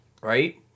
right